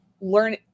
learn